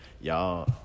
y'all